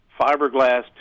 fiberglass